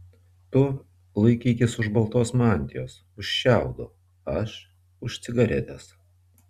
tu laikykis už baltos mantijos už šiaudo aš už cigaretės